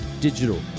Digital